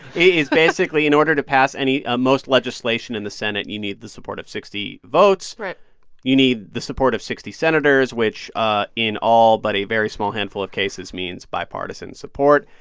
basically, in order to pass any most legislation in the senate, you need the support of sixty votes right you need the support of sixty senators, which ah in all but a very small handful of cases means bipartisan support.